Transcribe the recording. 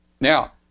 Now